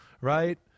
right